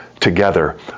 together